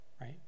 Right